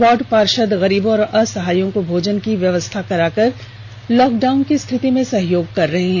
ward पार्षद गरीबों और असहायों को भोजन की व्यवस्था कराकर लॉकडाउन की स्थिति में सहयोग कर रहे हैं